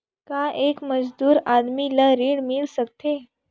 का एक मजदूर आदमी ल ऋण मिल सकथे?